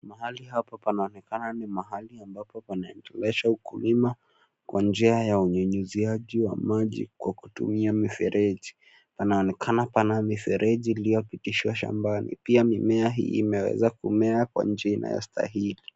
Mahali hapa panaonekana ni mahali ambapo panaendeleshwa ukulima kwa njia ya unyunyiziaji wa maji kwa kutumia mifereji. Panaonekana pana mifereji iliyopitishwa shambani pia mimea hii imeweza kumea kwa njia inayo stahili.